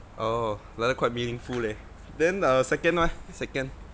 oh like that quite meaningful leh then uh second ah second